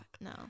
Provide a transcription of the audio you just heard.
No